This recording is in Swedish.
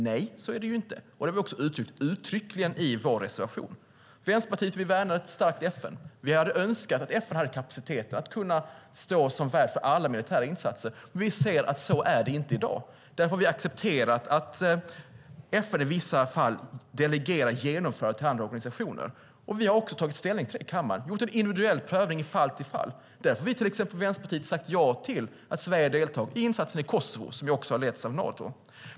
Nej, så är der inte. Det har vi också uttryckligen meddelat i vår reservation. Vänsterpartiet vill värna ett starkt FN. Vi hade önskat att FN hade kapaciteten att kunna stå som värd för alla militära insatser. Vi ser att det inte är så i dag. Därför har vi accepterat att FN i vissa fall delegerar genomförandet till andra organisationer. Vi har tagit ställning till det i kammaren och gjort en individuell prövning från fall till fall. Därför har vi från Vänsterpartiet till exempel sagt ja till att Sverige deltar i insatsen i Kosovo, som ju har letts av Nato.